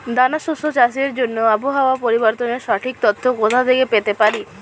দানা শস্য চাষের জন্য আবহাওয়া পরিবর্তনের সঠিক তথ্য কোথা থেকে পেতে পারি?